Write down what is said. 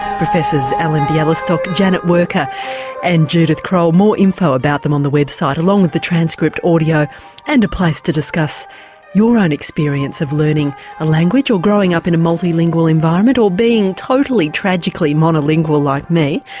professors ellen bialystock, janet werker and judith kroll, more info about them on the website along with the transcript, audio and a place to discuss your own experience of learning a language or growing up in a multilingual environment or being totally, tragically monolingual like me.